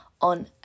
on